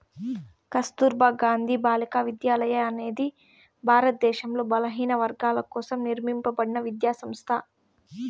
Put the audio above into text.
కస్తుర్బా గాంధీ బాలికా విద్యాలయ అనేది భారతదేశంలో బలహీనవర్గాల కోసం నిర్మింపబడిన విద్యా సంస్థ